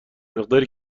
مقداری